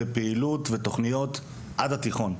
פעילות ותכניות עד התיכון.